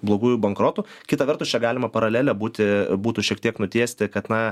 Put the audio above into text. blogųjų bankrotų kita vertus čia galima paralelė būti būtų šiek tiek nutiesti kad na